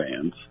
fans